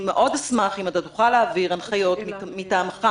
אשמח מאוד אם תוכל להעביר הנחיות מטעמך